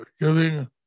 giving